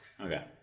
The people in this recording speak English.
Okay